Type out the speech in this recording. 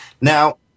Now